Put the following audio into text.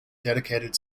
dedicated